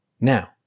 Now